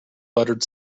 buttered